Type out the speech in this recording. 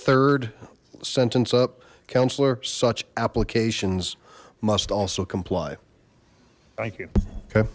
third sentence up counselor such applications must also comply t